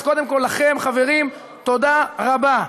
אז קודם כל לכם, חברים, תודה רבה.